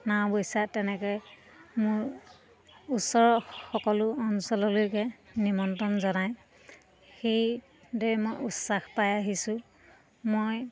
নাও বৈচা তেনেকৈ মোৰ ওচৰ সকলো অঞ্চললৈকে নিমন্ত্ৰণ জনায় সেইদৰে মই উৎসাহ পাই আহিছোঁ মই